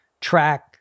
track